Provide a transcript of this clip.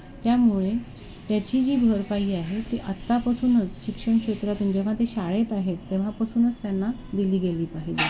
त्यामुळे त्याची जी भरपाई आहे ती आत्तापासूनच शिक्षण क्षेत्रातून जेव्हा ते शाळेत आहेत तेव्हापासूनच त्यांना दिली गेली पाहिजे